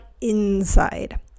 inside